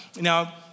Now